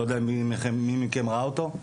אני לא יודע מי מכם ראה אותו,